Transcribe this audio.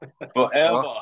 Forever